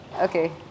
Okay